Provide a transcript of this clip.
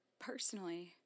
Personally